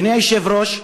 אדוני היושב-ראש,